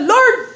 Lord